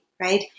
right